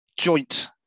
joint